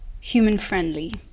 human-friendly